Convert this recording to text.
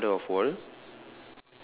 ya puddle of wal~